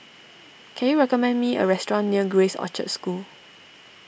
can you recommend me a restaurant near Grace Orchard School